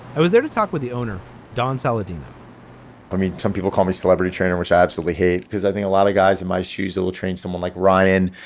i was there to talk with the owner don saladino i mean some people call me celebrity trainer which i absolutely hate because i think a lot of guys in my shoes and will train someone like ryan.